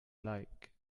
like